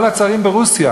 כל הצארים ברוסיה